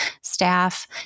staff